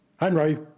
Henry